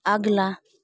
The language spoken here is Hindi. अगला